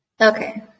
Okay